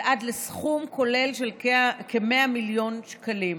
ועד לסכום כולל של כ-100 מיליון שקלים.